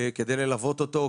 כדי ללוות אותו,